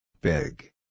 Big